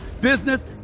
business